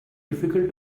difficult